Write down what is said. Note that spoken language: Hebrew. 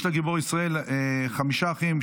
לגיבור ישראל יש חמישה אחים,